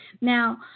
Now